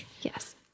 Yes